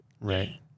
Right